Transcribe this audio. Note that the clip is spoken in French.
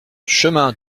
chemin